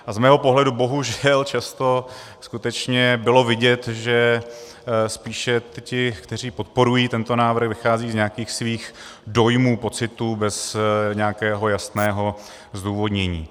A z mého pohledu bohužel často skutečně bylo vidět, že spíše ti, kteří podporují tento návrh, vycházejí z nějakých svých dojmů, pocitů, bez nějakého jasného zdůvodnění.